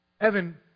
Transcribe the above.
Evan